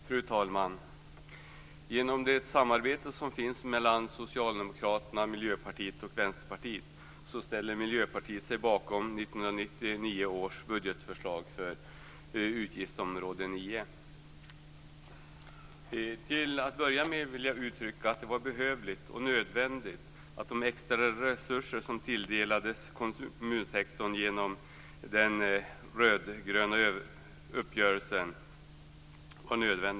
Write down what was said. Fru talman! Tack vare det samarbete som finns mellan Socialdemokraterna, Miljöpartiet och Vänsterpartiet, ställer vi i Miljöpartiet oss bakom 1999 års budgetförslag för utgiftsområde 9. Till att börja med vill jag uttrycka att det var behövligt och nödvändigt med de extra resurser som tilldelades kommunsektorn genom den rödgröna uppgörelsen.